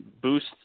boost